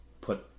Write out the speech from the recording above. put